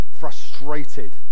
frustrated